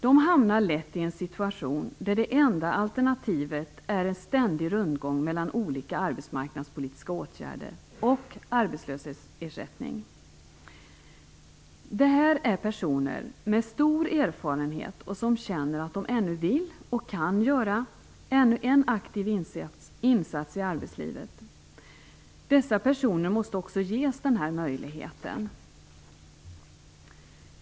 De hamnar lätt i en situation där det enda alternativet är en ständig rundgång mellan olika arbetsmarknadspolitiska åtgärder och arbetslöshetsersättning. Det är personer med stor erfarenhet, som känner att de ännu vill och kan göra ännu en aktiv insats i arbetslivet. Dessa personer måste också ges den möjligheten.